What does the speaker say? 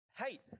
Hey